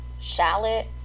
shallot